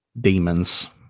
demons